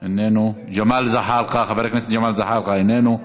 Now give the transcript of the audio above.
איננו, חבר הכנסת ג'מאל זחאלקה, איננו,